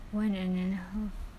one and a half